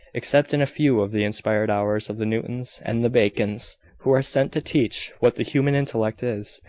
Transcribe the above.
except in a few of the inspired hours of the newtons and the bacons, who are sent to teach what the human intellect is.